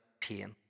pain